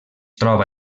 troba